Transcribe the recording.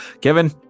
Kevin